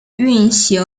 运行